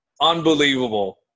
unbelievable